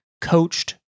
coached